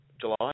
July